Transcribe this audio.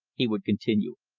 he would continue,